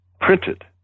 printed